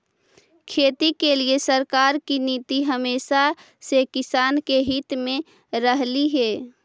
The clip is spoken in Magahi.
खेती के लिए सरकार की नीति हमेशा से किसान के हित में रहलई हे